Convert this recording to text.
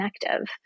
connective